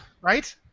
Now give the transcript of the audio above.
Right